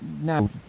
No